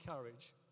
courage